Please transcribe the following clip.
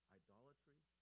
idolatry